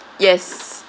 yes